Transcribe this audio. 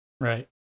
right